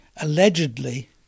allegedly